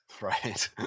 Right